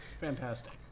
Fantastic